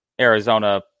Arizona